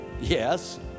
Yes